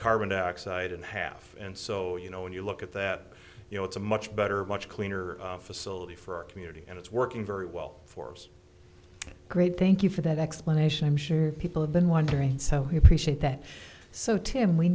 carbon dioxide in half and so you know when you look at that you know it's a much better much cleaner facility for our community and it's working very well for us great thank you for that explanation i'm sure people have been wondering so he appreciates that so tim we